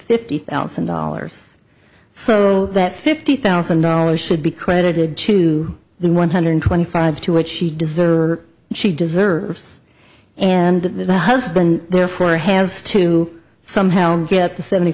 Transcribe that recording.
fifty thousand dollars so that fifty thousand dollars should be credited to the one hundred twenty five to what she does or she deserves and the husband therefore has to somehow get the seventy